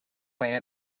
playing